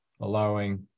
allowing